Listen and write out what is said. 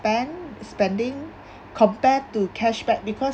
spend spending compare to cashback because